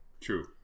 True